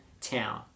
town